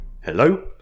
Hello